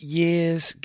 year's